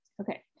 Okay